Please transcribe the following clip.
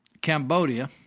Cambodia